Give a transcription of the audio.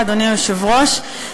אדוני היושב-ראש,